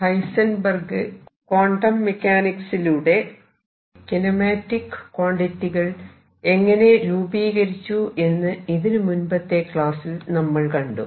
Heisenberg quantum mechanics ലൂടെ kinematic quantity കൾ എങ്ങനെ രൂപീകരിച്ചു എന്ന് ഇതിനു മുൻപത്തെ ക്ലാസ്സിൽ നമ്മൾ കണ്ടു